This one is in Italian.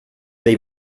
dei